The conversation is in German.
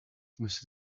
müsste